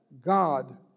God